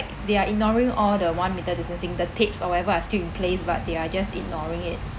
they are ignoring all the one meter distancing the tapes or whatever are still in place but they are just ignoring it